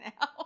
now